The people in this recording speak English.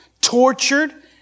tortured